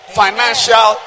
financial